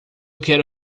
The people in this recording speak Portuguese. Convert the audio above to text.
quero